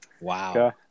wow